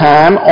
Time